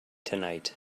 tonight